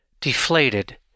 Deflated